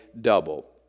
double